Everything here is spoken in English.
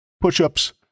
Push-ups